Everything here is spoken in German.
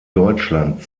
deutschland